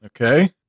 Okay